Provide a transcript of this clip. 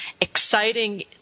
exciting